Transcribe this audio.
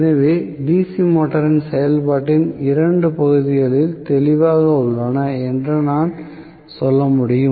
எனவே DC மோட்டரின் செயல்பாட்டின் இரண்டு பகுதிகள் தெளிவாக உள்ளன என்று நான் சொல்ல முடியும்